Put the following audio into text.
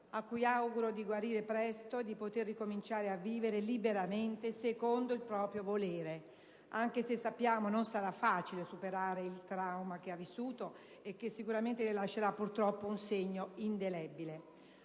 quale auguro di guarire presto e di poter ricominciare a vivere liberamente secondo il proprio volere, anche se sappiamo che non sarà facile superare il trauma vissuto, che sicuramente lascerà un segno indelebile.